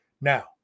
Now